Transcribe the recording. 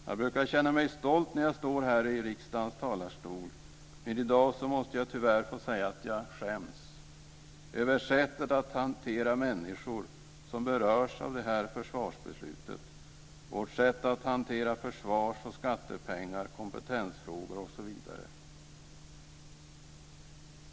Jag brukar känna mig stolt när jag står här i riksdagens talarstol, men i dag måste jag tyvärr få säga att jag skäms - skäms över sättet att hantera människor som berörs av detta försvarsbeslut, vårt sätt att hantera försvars och skattepengar, kompetensfrågor osv.